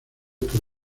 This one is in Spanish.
por